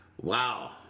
Wow